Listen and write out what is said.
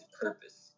Purpose